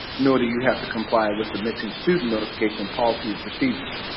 nor do you have to comply with the missing student notification policy and procedures.